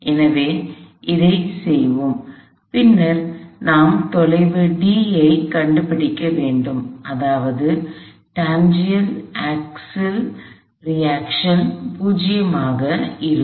எனவே அதைச் செய்வோம் பின்னர் நாம் தொலைவு d ஐக் கண்டுபிடிக்க வேண்டும் அதாவது டான்ஜென்ஷியல் அக்ஸல் ரியாக்ஷன் 0 ஆக இருக்கும்